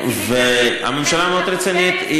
הממשלה מאוד רצינית.